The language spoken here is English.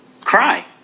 Cry